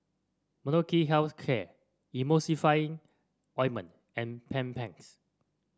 Molnylcke Health Care Emulsying Ointment and Bedpans